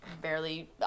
barely –